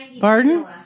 Pardon